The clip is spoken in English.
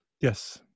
Yes